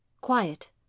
quiet